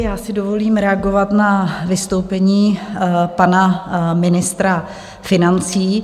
Já si dovolím reagovat na vystoupení pana ministra financí.